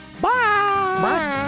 bye